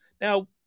Now